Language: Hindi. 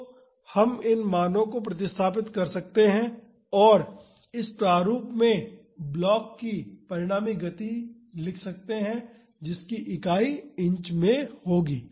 तो हम इन मानों को प्रतिस्थापित कर सकते हैं और इस प्रारूप में ब्लॉक की परिणामी गति लिख सकते हैं जिसकी इकाई इंच में होगी